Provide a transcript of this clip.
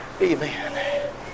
Amen